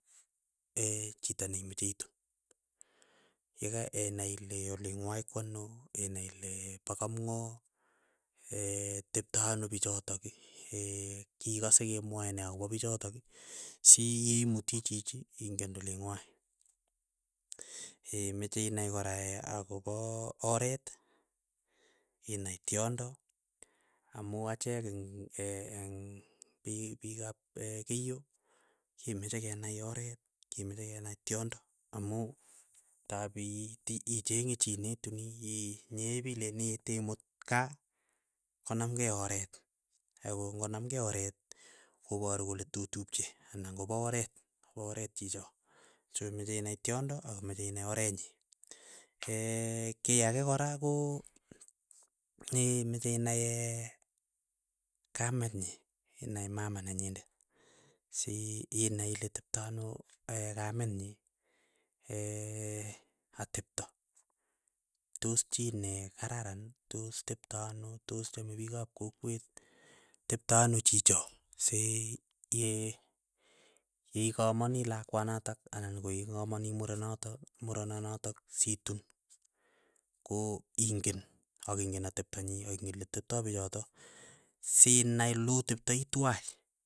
chito yekainai ile olingwai kwanoo, inai ile po kapng'oo. tepto anoo pichotoki kigose kemwae nee akopa pichotoki, siimuti chichi ingen olingwai. Ei imeche inai kora akopa oret, inae tiondo, amuu achek ing ing piikap keiyo kemeche kenai oret kemeche kenai tiondo, amuu taapi icheng'e chii netunii, ii nyepilen iit imut kaa konamkei oret. Ako ngonamkei oret koparu kole totupche, anan kopa oret pa oret chichoo. Chomechei inai tiondo ako mechei inai orenyii. Eee kiy ake kora ko michinai ee, kamet nyii. Inai kamet nyii inai mama nenyindet si inai ile teptoo anoo kametnyii atepto, tos chii ne kararan tos teptaano tos chame piik ab kokwet, teptoo anoo chichoo sii yeikamani lakwanatak anan ko yeikamani murenotok murananatok si tun. Ko ingen aking'en atepto nyii akingen, leteptoo pichoto sinai lo teptai twai.